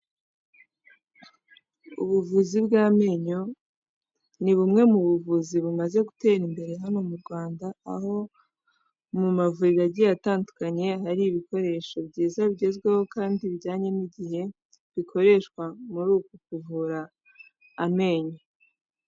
Ubuvuzi bw'amenyo, ni bumwe mu buvuzi bumaze gutera imbere hano mu Rwanda, aho mu mavuriro agiye atandukanye, hari ibikoresho byiza bigezweho kandi bijyanye n'igihe, bikoreshwa muri uku kuvura amenyo.